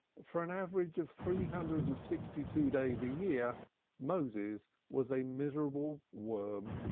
for an average of three hundred and sixty-two days a year moses was a miserable worm,